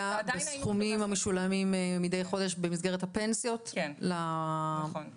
בסכומים שמשולמים מידי חודש במסגרת הפנסיות למוטבים.